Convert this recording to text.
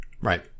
Right